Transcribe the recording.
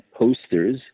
posters